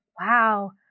wow